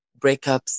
breakups